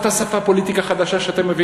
שבא מנכ"ל הביטוח הלאומי